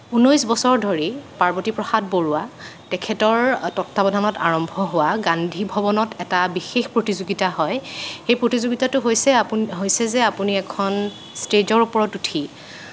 ঊনৈছ বছৰ ধৰি পাৰ্বতি প্ৰসাদ বৰুৱা তেখেতৰ তত্বাৱধানত আৰম্ভ হোৱা গান্ধীভৱনত এটা বিশেষ প্ৰতিযোগিতা হয় সেই প্ৰতিযোগিতাটো হৈছে আপু হৈছে যে আপুনি এখন ষ্টেজৰ ওপৰত উঠি